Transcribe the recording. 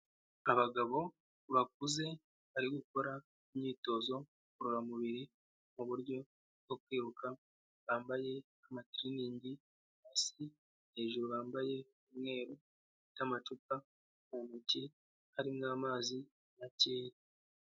Abagabo bakuze bari gukora imyitozo ngororamubiri, mu buryo bwo kwiruka, bambaye amatiriningi hasi, hejuru bambaye umweru n'amacupa mu ntoki harimo amazi makeya.